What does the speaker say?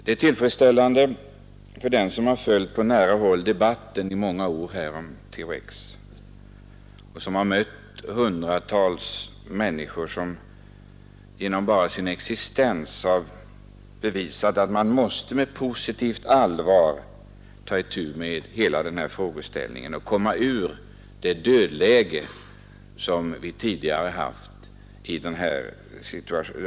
Det är tillfredsställande inte minst för den som på nära håll under många år följt debatten om THX och som mött hundratals människor vilka bara genom sin existens har bevisat att man med positivt allvar måste ta itu med hela denna fråga och försöka komma ur det dödläge som frågan tidigare befunnit sig i.